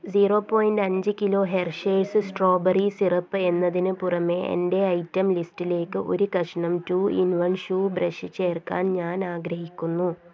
zero point അഞ്ചു kilo Hershey's strawberry syrup എന്നതിന് പുറമെ എന്റെ ഐറ്റം ലിസ്റ്റിലേക്ക് ഒരു കഷ്ണം two in one shoe brush ചേർക്കാൻ ഞാൻ ആഗ്രഹിക്കുന്നു